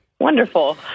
Wonderful